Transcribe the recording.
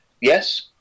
Yes